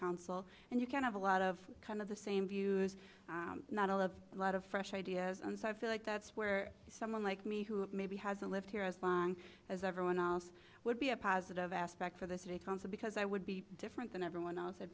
council and you can have a lot of kind of the same views not all of a lot of fresh ideas and so i feel like that's where someone like me who maybe hasn't lived here as long as everyone else would be a positive aspect for the city council because i would be different than everyone else